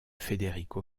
federico